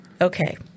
Okay